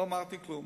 לא אמרתי כלום.